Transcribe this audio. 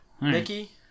Mickey